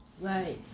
Right